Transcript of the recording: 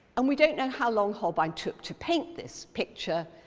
and we don't know how long holbein took to paint this picture,